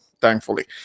thankfully